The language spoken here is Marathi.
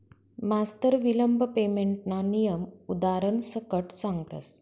मास्तर विलंब पेमेंटना नियम उदारण सकट सांगतस